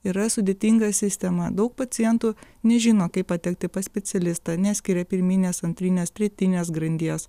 yra sudėtinga sistema daug pacientų nežino kaip patekti pas specialistą neskiria pirminės antrinės tretinės grandies